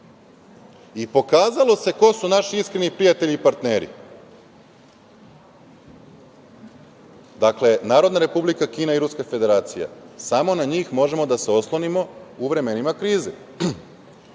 Rusije. Pokazalo se ko su naši iskreni prijatelji i partneri. Dakle, Narodna Republika Kina i Ruska Federacija, samo na njih možemo da se oslonimo u vremenima krize.